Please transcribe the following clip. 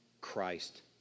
Christ